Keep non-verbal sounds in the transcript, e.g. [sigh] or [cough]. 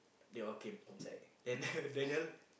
they all came inside then [laughs] Daniel